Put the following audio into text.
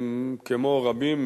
כמו רבים,